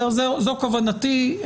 זו כוונתי.